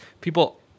People